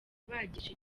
kubagisha